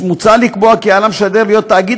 מוצע לקבוע כי על המשדר להיות תאגיד